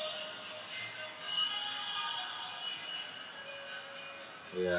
ya